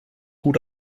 gut